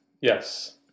Yes